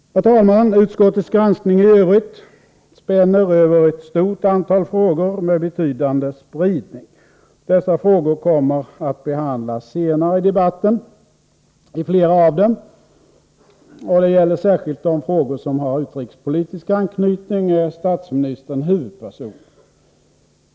Herr talman! Utskottets granskning i övrigt spänner över ett stort antal frågor med betydande spridning. Dessa frågor kommer att behandlas senare i debatten. I flera av dem — och det gäller särskilt de frågor som har utrikespolitisk anknytning — är statsministern huvudpersonen.